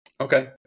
Okay